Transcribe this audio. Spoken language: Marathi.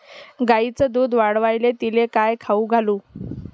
गायीचं दुध वाढवायले तिले काय खाऊ घालू?